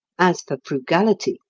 as for frugality,